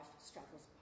struggles